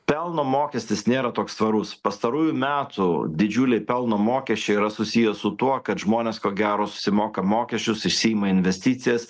pelno mokestis nėra toks tvarus pastarųjų metų didžiuliai pelno mokesčiai yra susiję su tuo kad žmonės ko gero susimoka mokesčius išsiima investicijas